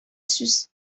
сүз